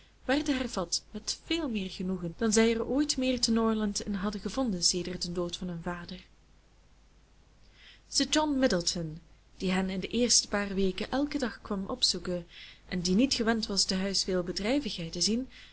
werden hervat met veel meer genoegen dan zij er ooit meer te norland in hadden gevonden sedert den dood van hun vader sir john middleton die hen in de eerste paar weken elken dag kwam opzoeken en die niet gewend was tehuis veel bedrijvigheid te zien